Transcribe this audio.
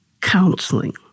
counseling